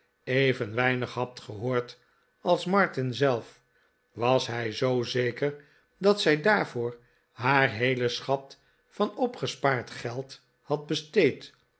even weinig had gehoord als martin zelf was hij zoo zeker dat zij daarvoor haar heelen schat van opgespaard geld had besteed